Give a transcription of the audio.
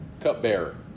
cupbearer